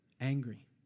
Angry